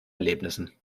erlebnissen